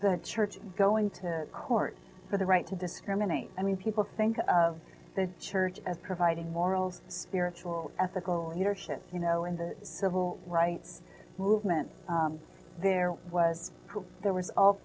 the church going to court for the right to discriminate i mean people think of the church of providing morals spiritual ethical leadership you know in the civil rights movement there was there